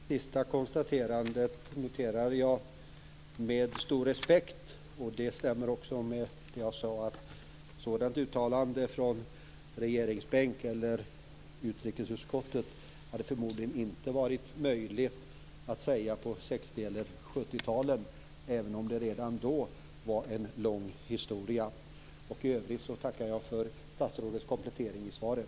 Fru talman! Det sista konstaterandet noterar jag med stor respekt. Det stämmer också med det jag sade. Ett sådant uttalande från regeringsbänk eller utrikesutskottet hade förmodligen inte varit möjligt på 60 eller 70-talen, även om kyrkornas insatser redan då hade en lång historia. I övrigt tackar jag för statsrådets komplettering i svaret.